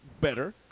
better